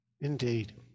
Indeed